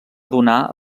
donar